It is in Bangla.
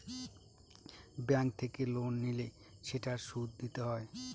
ব্যাঙ্ক থেকে লোন নিলে সেটার সুদ দিতে হয়